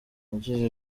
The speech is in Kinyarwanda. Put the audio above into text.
yagize